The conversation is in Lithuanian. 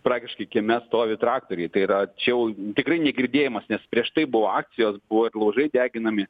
praktiškai kieme stovi traktoriai tai yra čia jau tikrai negirdėjimas nes prieš tai buvo akcijos buvo ir laužai deginami